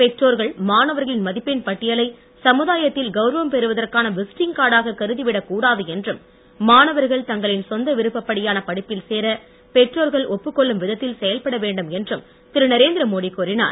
பெற்றோர்கள் மாணவர்களின் மதிப்பெண் பட்டியலை சமுதாயத்தில் கௌரவம் பெறுவதற்கான விசிட்டிங் கார்டாக கருதிவிடக் கூடாது என்றும் மாணவர்கள் தங்களின் சொந்த விருப்பப் படியான படிப்பில் சேர பெற்றோர்கள் ஒப்புக் கொள்ளும் விதத்தில் செயல்பட வேண்டும் என்றும் திரு நரேந்திர மோடி கூறினார்